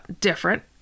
different